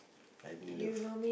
I bring love